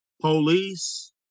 Police